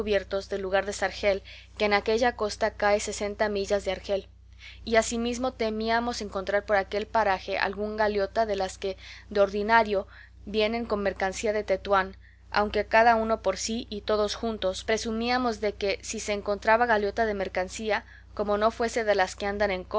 del lugar de sargel que en aquella costa cae sesenta millas de argel y asimismo temíamos encontrar por aquel paraje alguna galeota de las que de ordinario vienen con mercancía de tetuán aunque cada uno por sí y todos juntos presumíamos de que si se encontraba galeota de mercancía como no fuese de las que andan en